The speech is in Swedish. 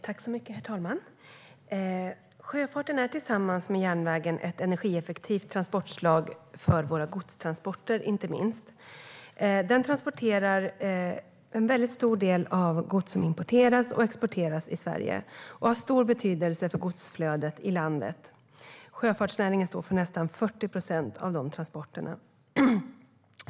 Herr talman! Sjöfarten är liksom järnvägen ett energieffektivt transportslag, inte minst för våra godstransporter. Den transporterar en stor del av allt gods som importeras och exporteras i Sverige och har stor betydelse för godsflödet inom landet. Sjöfartsnäringen står för nästan 40 procent av de transporterna.